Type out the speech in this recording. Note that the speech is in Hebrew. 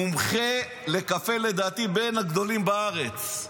מומחה לקפה, לדעתי בין הגדולים בארץ.